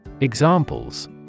Examples